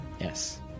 Yes